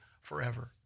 forever